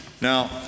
Now